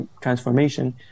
transformation